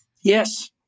Yes